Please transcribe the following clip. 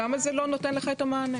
למה זה לא נותן לך את המענה?